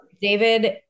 David